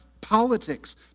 Politics